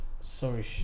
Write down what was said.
sorry